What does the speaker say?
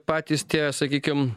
patys tie sakykim